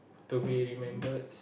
to be remembered